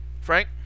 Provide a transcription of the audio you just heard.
Frank